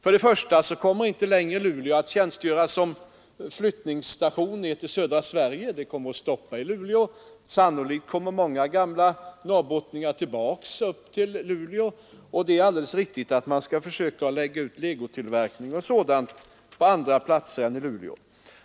Först och främst kommer Luleå inte längre att tjänstgöra som flyttningsstation ner till södra Sverige — man kommer att stanna i Luleå. Sannolikt kommer också många gamla norrbottningar tillbaka till Luleå. Det är vidare riktigt att man skall försöka lägga ut legotillverkning och sådant på andra platser än i Luleå.